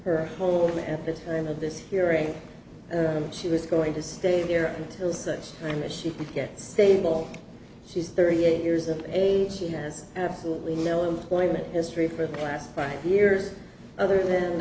her home at the time of this hearing she was going to stay there until such time as she gets stable she's thirty eight years of age she has absolutely no employment history for the last five years other than